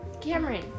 Cameron